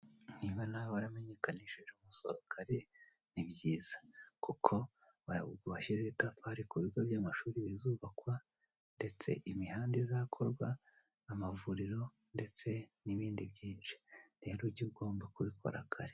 Niba nawe waramenyekanishije umusoro kare nibyiza kuko washyize itafari kubigo by'amashuri bizubakwa ndetse imihanda izakorwa amavuriro ndetse nibindi byinshi, rero ibyo uba ugomba kubikora kare.